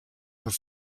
foar